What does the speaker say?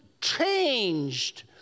changed